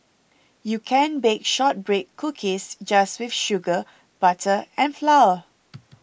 you can bake Shortbread Cookies just with sugar butter and flour